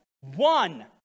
one